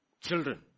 Children